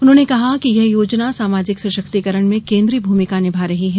उन्होंने कहा कि यह योजना सामाजिक सशक्तिकरण में केन्द्रीय भूमिका निभा रही है